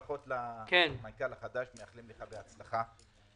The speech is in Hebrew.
ברכות למנכ"ל החדש, מאחלים לך בהצלחה.